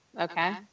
okay